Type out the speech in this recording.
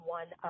one